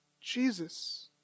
Jesus